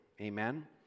amen